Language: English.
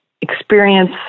experience